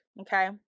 Okay